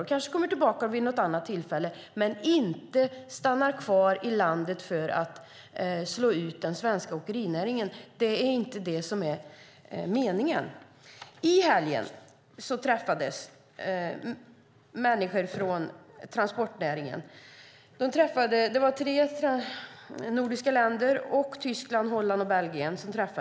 Sedan kanske de kommer tillbaka vid något annat tillfälle. Det är inte meningen att de ska stanna kvar i landet för att slå ut den svenska åkerinäringen. I helgen träffades människor inom transportnäringen från tre nordiska länder, Tyskland, Holland och Belgien.